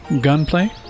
Gunplay